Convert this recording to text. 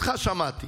אותך שמעתי,